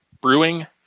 Brewing